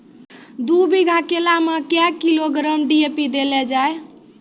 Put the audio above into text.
दू बीघा केला मैं क्या किलोग्राम डी.ए.पी देले जाय?